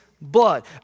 blood